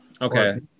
Okay